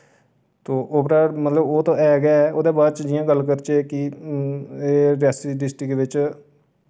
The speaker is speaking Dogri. तो ओवरआल मतलब ओह् ते है गै ओह्दे बाद जि'यां गल्ल करचै कि एह् रेआसी डिस्ट्रिक बिच